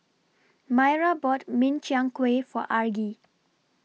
Maira bought Min Chiang Kueh For Argie